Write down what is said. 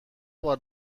بار